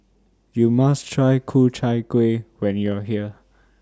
YOU must Try Ku Chai Kueh when YOU Are here